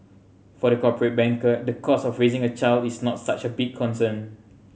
for the corporate banker the cost of raising a child is not such a big concern